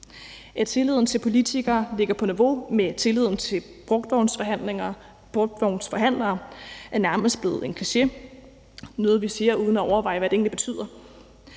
At tilliden til politikere ligger på niveau med tilliden til brugtvognsforhandlere, er nærmest blevet en kliché, noget, vi siger uden at overveje, hvad det egentlig betyder.